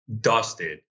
dusted